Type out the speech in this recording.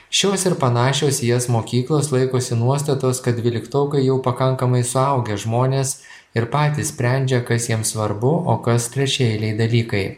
šios ir panašios į jas mokyklos laikosi nuostatos kad dvyliktokai jau pakankamai suaugę žmonės ir patys sprendžia kas jiems svarbu o kas trečiaeiliai dalykai